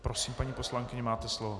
Prosím, paní poslankyně, máte slovo.